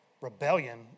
rebellion